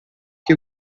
que